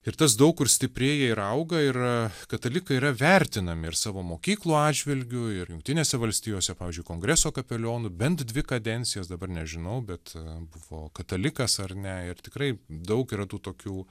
ir tas daug kur stiprėja ir auga ir katalikai yra vertinami ir savo mokyklų atžvilgiu ir jungtinėse valstijose pavyzdžiui kongreso kapelionų bent dvi kadencijas dabar nežinau bet buvo katalikas ar ne ir tikrai daug yra tų tokių